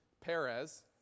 Perez